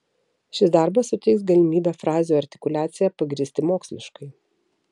šis darbas suteiks galimybę frazių artikuliaciją pagrįsti moksliškai